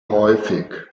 häufig